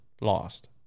lost